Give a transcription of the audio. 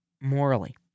Morally